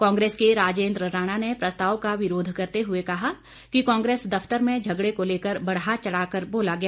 कांग्रेस के राजेंद्र राणा ने प्रस्ताव का विरोध करते हुए कहा कि कांग्रेस दफ्तर में झगड़े को लेकर बढ़ाचढ़ा कर बोला गया